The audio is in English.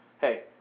Hey